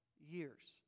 years